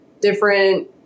different